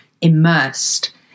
immersed